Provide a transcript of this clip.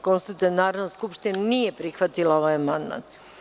Konstatujem da Narodna skupština nije prihvatila ovaj amandman.